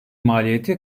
maliyeti